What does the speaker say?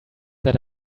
that